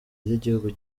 ry’igihugu